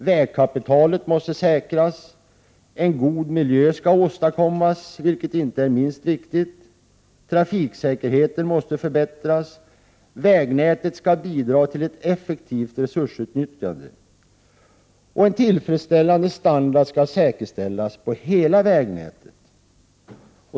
Vägkapitalet måste säkras. En god miljö skall åstadkommas, vilket inte är minst viktigt. Trafiksäkerheten måste förbättras. Vägnätet skall bidra till ett effektivt resursutnyttjande och en tillfredsställande standard skall säkerställas på hela vägnätet.